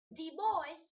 boy